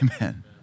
Amen